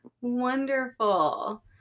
Wonderful